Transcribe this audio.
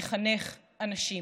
מחנך אנשים.